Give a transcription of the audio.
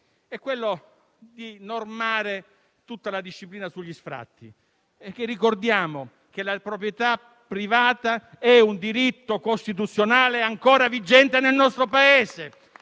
è quello di normare tutta la disciplina sugli sfratti. Ricordiamo che la proprietà privata è un diritto costituzionale ancora vigente nel nostro Paese.